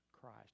Christ